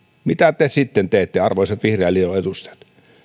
mitä te teette arvoisat vihreän liiton edustajat